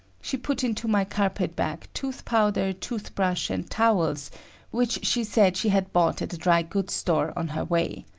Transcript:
she put into my carpet-bag tooth powder, tooth-brush and towels which she said she had bought at a dry goods store on her way.